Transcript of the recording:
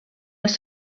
els